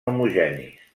homogenis